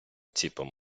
ціпом